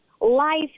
life